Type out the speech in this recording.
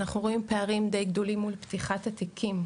אנחנו רואים פערים די גדולים מול פתיחת התיקים,